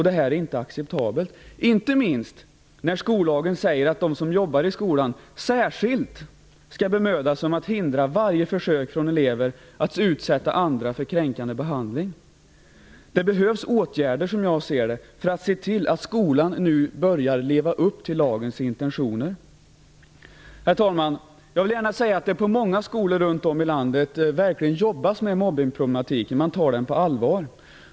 Det här är inte acceptabelt, inte minst eftersom skollagen säger att de som jobbar i skolan särskilt skall bemöda sig om att hindra varje försök från elever att utsätta andra för kränkande behandling. Som jag ser det behövs åtgärder för att man skall se till att skolan nu börjar leva upp till lagens intentioner. Herr talman! På många skolor runt om i landet jobbas det verkligen med mobbningsproblematiken. Man tar den på allvar.